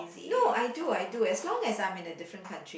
no I do I do as long as I'm in a different country